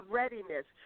readiness